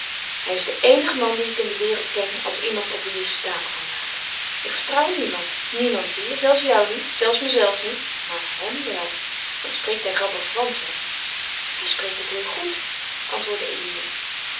hij is de eenige man dien ik in de wereld ken als iemand waarop je staat kan maken ik vertrouw niemand niemand zie je zelfs jou niet zelfs mezelven niet maar hem wel wat spreekt hij grappig fransch hè hij spreekt het heel goed antwoordde eline